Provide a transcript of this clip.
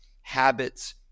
habits